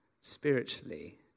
spiritually